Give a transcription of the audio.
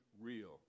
real